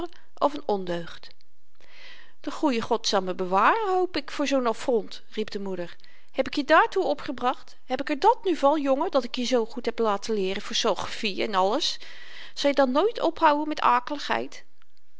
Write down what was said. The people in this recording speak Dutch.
of n ondeugd de goeie god zal me bewaren hoop ik voor zoo'n affront riep de moeder heb ik je daartoe opgebracht heb ik er dàt nu van jongen dat ik je zoo goed heb laten leeren van sogrefie en alles zal je dan nooit ophouden met akeligheid